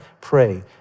pray